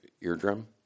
eardrum